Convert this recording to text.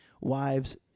Wives